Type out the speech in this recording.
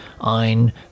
ein